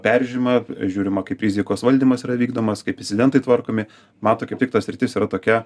peržiūrima žiūrima kaip rizikos valdymas yra vykdomas kaip incidentai tvarkomi man tai kaip tik ta sritis yra tokia